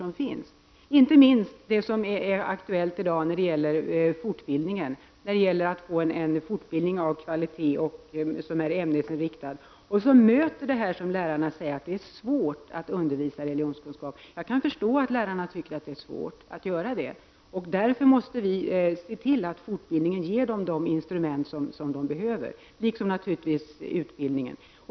Det gäller inte minst det som är aktuellt i dag, när det gäller att få till stånd en fortbildning med kvalitet, som är ämnesinriktad och som möter det som lärarna säger, nämligen att det är svårt att undervisa i religionskunskap. Jag kan förstå att de tycker att det är svårt, och därför måste vi se till att fortbildningen ger dem de instrument som de behöver, liksom utbildning.